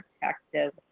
protective